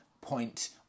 point